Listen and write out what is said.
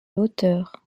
hauteur